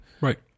right